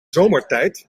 zomertijd